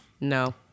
No